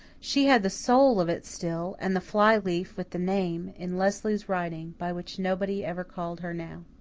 she had the soul of it still and the fly-leaf with the name, in leslie's writing, by which nobody ever called her now.